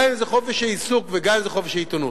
גם אם זה חופש העיסוק וגם אם זה חופש העיתונות.